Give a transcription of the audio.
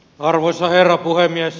arvoisa herra puhemies